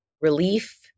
relief